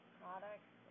products